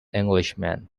englishman